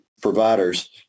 providers